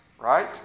Right